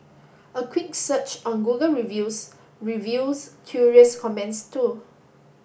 a quick search on Google Reviews reveals curious comments too